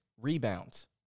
rebounds